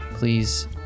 Please